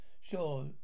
Sure